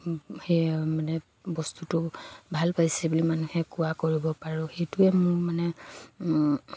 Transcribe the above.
সেই মানে বস্তুটো ভাল পাইছে বুলি মানুহে কোৱা কৰিব পাৰোঁ সেইটোৱে মোৰ মানে